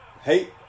Hey